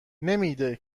نمیده